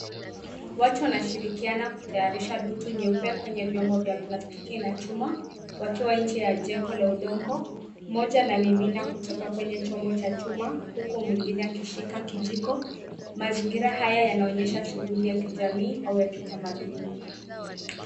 Watu wanashirikiana kutengeneza buti nyeupe kwenye chombo cha plastiki na chuma, wakiwa nje ya jengo la udongo. Mmoja anamimina kutoka kwenye chombo cha chuma huku mwingine akishika kijiko. Mazingira haya yanaonyesha shughuli ya kijamii au ya utamaduni.